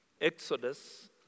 Exodus